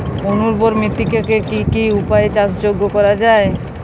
অনুর্বর মৃত্তিকাকে কি কি উপায়ে চাষযোগ্য করা যায়?